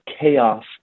chaos